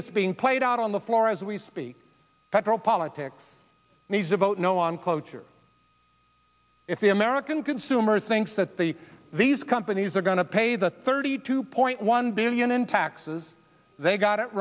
that's being played out on the floor as we speak federal politics needs to vote no on cloture if the american consumer thinks that the these companies are going to pay the thirty two point one billion in taxes they got it